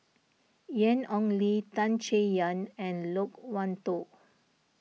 Ian Ong Li Tan Chay Yan and Loke Wan Tho